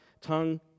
tongue